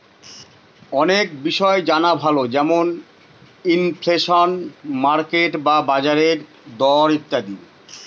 অনেক বিষয় জানা ভালো যেমন ইনফ্লেশন, মার্কেট বা বাজারের দর ইত্যাদি